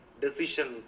decision